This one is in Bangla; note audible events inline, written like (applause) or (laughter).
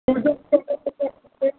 (unintelligible)